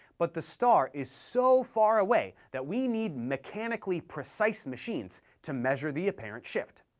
but the star is so far away that we need mechanically precise machines to measure the apparent shift.